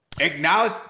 Acknowledge